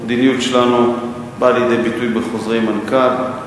המדיניות שלנו באה לידי ביטוי בחוזרי מנכ"ל,